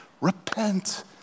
Repent